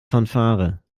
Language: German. fanfare